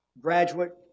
graduate